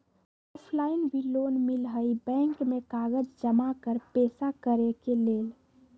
Offline भी loan मिलहई bank में कागज जमाकर पेशा करेके लेल?